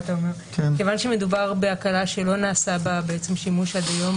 כיוון שמדובר בהקלה שלא נעשה בה שימוש עד היום,